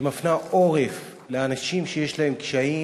שמפנה עורף לאנשים שיש להם קשיים